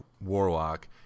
Warlock